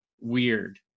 weird